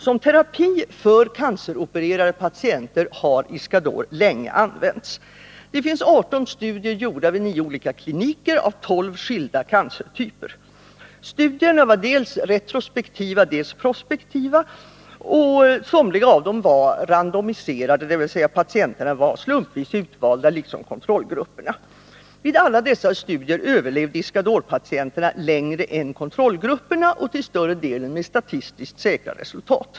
Som terapi för canceropererade patienter har Iscador länge använts. Det finns 18 studier gjorda vid 9 olika kliniker beträffande 12 skilda cancertyper. Studierna var dels retrospektiva, dels prospektiva, och somliga av dem var randomiserade, dvs. patienterna var slumpvis utvalda, liksom kontrollgrupperna. Vid alla dessa studier överlevde Iscadorpatienterna längre än patienterna i kontrollgrupperna, till större delen med statistiskt säkra resultat.